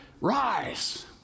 Rise